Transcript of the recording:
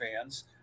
fans